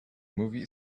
movie